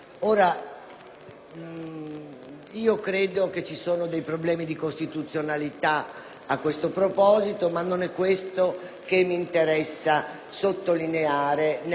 Anzitutto ci sono problemi di costituzionalità a questo proposito, ma non è questo che mi interessa sottolineare nel motivare